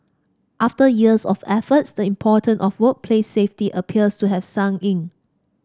after years of effort the important of workplace safety appears to have sunk in